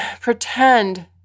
pretend